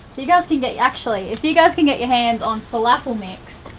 you guys can get, actually, if you guys can get your hands on falafel mix,